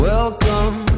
Welcome